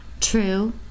True